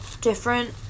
different